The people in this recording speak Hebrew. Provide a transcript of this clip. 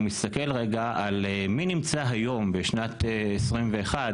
מסתכל רגע על מי נמצא היום בשנת 2021,